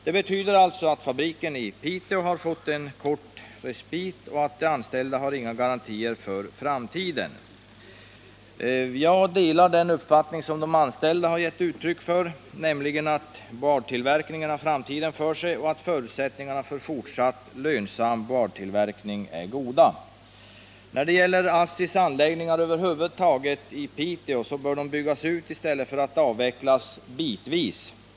Det betyder att fabriken i Piteå har fått en kort respit och att de anställda inte har några garantier för framtiden. Jag delar den uppfattning som de anställda har gett uttryck för, nämligen att boardtillverkningen har framtiden för sig och att förutsättningarna för fortsatt lönsam sådan tillverkning är goda. ASSI:s anläggningar i Piteå över huvud taget bör byggas ut i stället för att avvecklas bitvis.